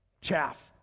Chaff